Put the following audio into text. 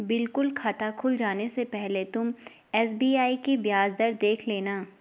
बिल्कुल खाता खुल जाने से पहले तुम एस.बी.आई की ब्याज दर देख लेना